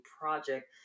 project